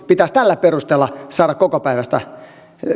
pitäisi tällä perusteella saada kokopäiväistä